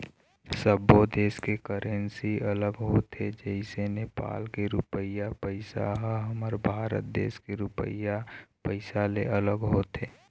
सब्बो देस के करेंसी अलग होथे जइसे नेपाल के रुपइया पइसा ह हमर भारत देश के रुपिया पइसा ले अलग होथे